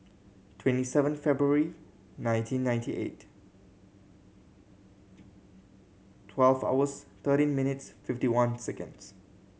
twenty seven February nineteen ninety eight twelve hours thirteen minutes fifty one seconds